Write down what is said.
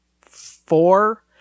four